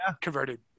converted